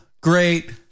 great